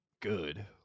Good